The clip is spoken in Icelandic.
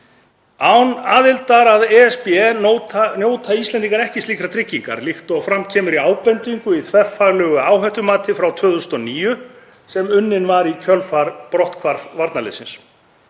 Án aðildar að ESB njóta Íslendingar ekki slíkrar tryggingar, líkt og fram kemur í ábendingum í þverfaglegri áhættumatsskýrslu frá 2009 sem unnin var í kjölfar brotthvarfs varnarliðsins.